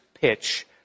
pitch